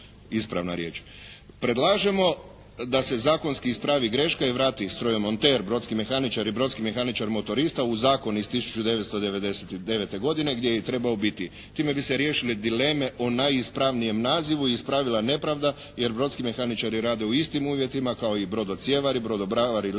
Predlažemo da se zakonski ispravi greška i vrati strojomonter, brodski mehaničar i brodski mehaničar motorista u zakon iz 1999. godine gdje je i trebao biti. Time bi se riješile dileme o najispravnijem nazivu i ispravila nepravda jer brodski mehaničari rade u istim uvjetima kao i brodocijevari, brodobravari i